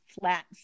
flat